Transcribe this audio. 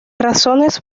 razones